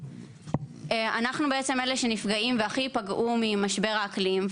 אנחנו בעצם אלה שנפגעים והכי יפגעו ממשבר האקלים,